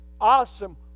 awesome